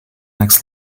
next